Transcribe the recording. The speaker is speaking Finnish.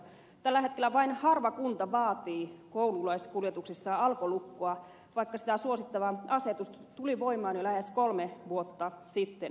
tällä hetkellä vain harva kunta vaatii koululaiskuljetuksissaan alkolukkoa vaikka sitä suosittava asetus tuli voimaan jo lähes kolme vuotta sitten